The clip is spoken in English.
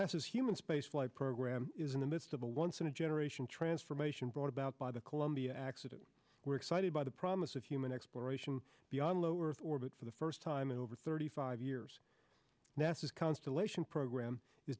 is human space flight program is in the midst of a once in a generation transformation brought about by the columbia accident we're excited by the promise of human exploration beyond low earth orbit for the first time in over thirty five years nasa is constellation program